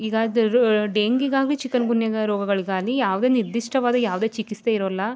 ಈಗ ಅದರ ಡೆಂಗಿಗಾಗಿ ಚಿಕನ್ಗುನ್ಯ ರೋಗಗಳಿಗಾಗಲಿ ಯಾವುದೆ ನಿರ್ದಿಷ್ಟವಾದ ಯಾವುದೆ ಚಿಕಿತ್ಸೆ ಇರೋಲ್ಲ